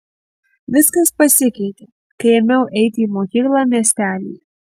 viskas pasikeitė kai ėmiau eiti į mokyklą miestelyje